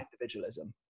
individualism